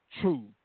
true